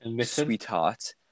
Sweetheart